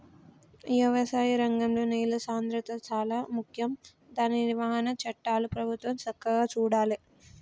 వ్యవసాయ రంగంలో నేల సాంద్రత శాలా ముఖ్యం దాని నిర్వహణ చట్టాలు ప్రభుత్వం సక్కగా చూడాలే